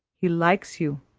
he likes you.